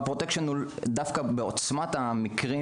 אנחנו רואים את האלימות בעוצמות המקרים